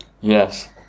Yes